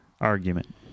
argument